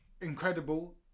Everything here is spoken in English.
incredible